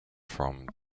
from